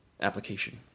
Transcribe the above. application